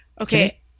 Okay